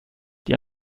die